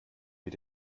mit